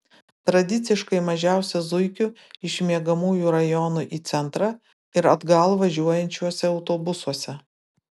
tradiciškai mažiausia zuikių iš miegamųjų rajonų į centrą ir atgal važiuojančiuose autobusuose